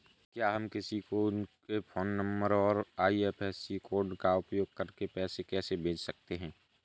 क्या हम किसी को उनके फोन नंबर और आई.एफ.एस.सी कोड का उपयोग करके पैसे कैसे भेज सकते हैं?